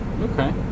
Okay